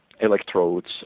electrodes